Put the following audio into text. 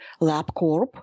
LabCorp